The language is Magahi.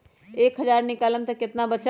एक हज़ार निकालम त कितना वचत?